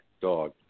dog